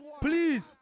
Please